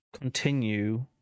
continue